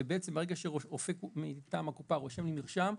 וברגע שרופא מטעם הקופה רושם לי מרשם,